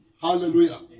Hallelujah